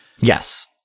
Yes